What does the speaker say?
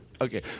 Okay